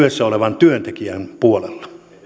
olevan työntekijän puolella